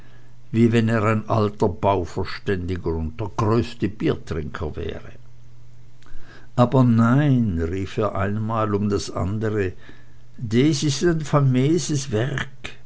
wie wenn er ein alter bauverständiger und der größte biertrinker wäre aber nein rief er ein mal um das andere des is ein fameses